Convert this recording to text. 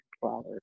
flowers